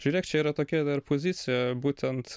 žiūrėk čia yra tokia dar pozicija būtent